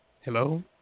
Hello